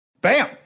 Bam